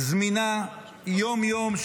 זמינה יום-יום,